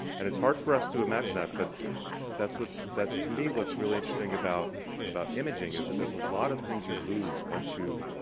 and it's hard for us to imagine that, but that's what's that's to me what's really interesting about about imaging, is that there's a lot of things you lose once you,